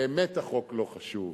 באמת החוק לא חשוב,